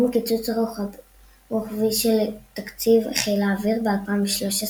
מקיצוץ רוחבי של תקציב חיל האוויר ב-2013,